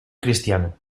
cristiano